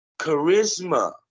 Charisma